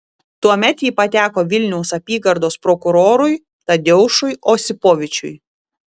tuomet ji pateko vilniaus apygardos prokurorui tadeušui osipovičiui